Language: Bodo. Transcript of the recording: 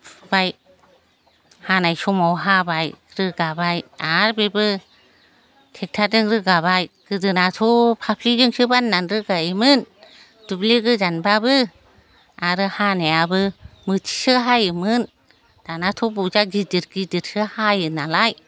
फुबाय हानाय समाव हाबाय रोगाबाय आर बेबो ट्रेक्टरजों रोगाबाय गोदोनाथ' फाफ्लिजोंसो बाननानै रोगायोमोन दुब्लि गोजानब्लाबो आरो हानायाबो मोथिसो हायोमोन दानाथ' बजा गिदिर गिदिरसो हायोनालाय